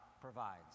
provides